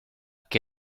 que